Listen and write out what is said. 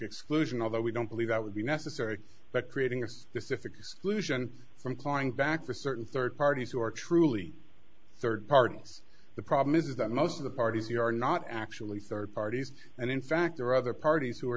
exclusion although we don't believe that would be necessary but creating a specific exclusion from clawing back for certain third parties who are truly third parties the problem is that most of the parties who are not actually third parties and in fact there are other parties who are